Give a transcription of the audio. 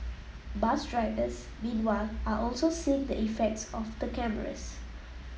bus drivers meanwhile are also seeing the effects of the cameras